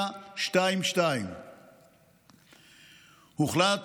922. הוחלט,